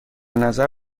نظر